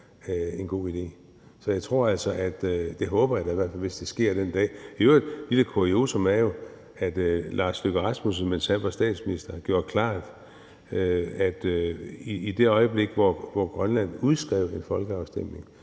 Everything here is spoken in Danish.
en god idé. Så det håber jeg da, hvis det sker en dag. Et lille kuriosum er jo i øvrigt, at hr. Lars Løkke Rasmussen, mens han var statsminister, gjorde det klart, at i det øjeblik, hvor Grønland udskrev en folkeafstemning,